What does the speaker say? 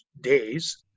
days